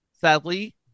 sadly